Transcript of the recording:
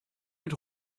mit